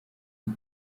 iyi